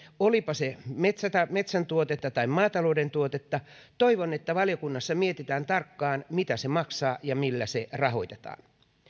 olipa se metsän tuotetta tai maatalouden tuotetta toivon että valiokunnassa mietitään tarkkaan mitä se maksaa ja millä se rahoitetaan